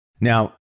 Now